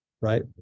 right